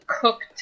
cooked